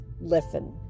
listen